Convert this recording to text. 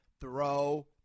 throw